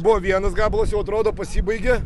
buvo vienas gabalas jau atrodo pasibaigė